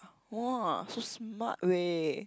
!wah! so smart way